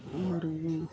और यह